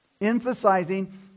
Emphasizing